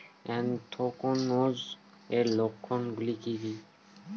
Anthracnose এর লক্ষণ গুলো কি কি?